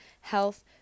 health